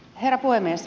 herra puhemies